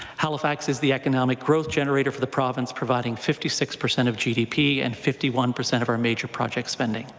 halifax is the economic growth generator for the province providing fifty six percent of gdp and fifty one percent of our major project spending.